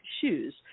shoes